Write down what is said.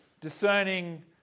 Discerning